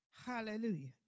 hallelujah